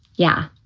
yeah.